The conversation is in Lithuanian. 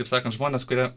taip sakant žmonės kurie